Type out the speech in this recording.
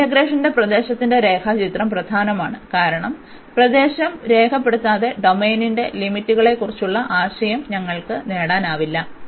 ഈ ഇന്റഗ്രേഷന്റെ പ്രദേശത്തിന്റെ രേഖാചിത്രം പ്രധാനമാണ് കാരണം പ്രദേശം രേഖപ്പെടുത്താതെ ഡൊമെയ്നിന്റെ ലിമിറ്റുകളെക്കുറിച്ചുള്ള ആശയം ഞങ്ങൾക്ക് നേടാനാവില്ല